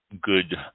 good